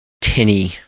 tinny